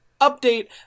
Update